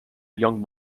young